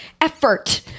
effort